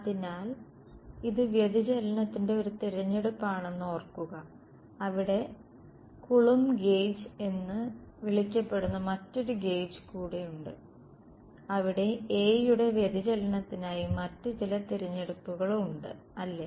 അതിനാൽ ഇത് വ്യതിചലനത്തിന്റെ ഒരു തിരഞ്ഞെടുപ്പാണെന്ന് ഓർക്കുക അവിടെ കൂളോoബ് ഗെയ്ജ് എന്ന് വിളിക്കപ്പെടുന്ന മറ്റൊരു ഗെയ്ജ് ഉണ്ട് അവിടെ A യുടെ വ്യതിചലനത്തിനായി മറ്റ് ചില തിരഞ്ഞെടുപ്പുകൾ ഉണ്ട് അല്ലേ